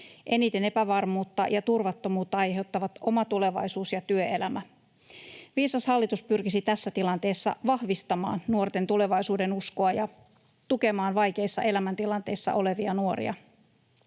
Eniten epävarmuutta ja turvattomuutta aiheuttavat oma tulevaisuus ja työelämä. Viisas hallitus pyrkisi tässä tilanteessa vahvistamaan nuorten tulevaisuudenuskoa ja tukemaan vaikeissa elämäntilanteissa olevia nuoria.